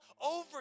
over